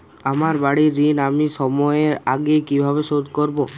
আমার বাড়ীর ঋণ আমি সময়ের আগেই কিভাবে শোধ করবো?